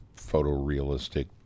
photorealistic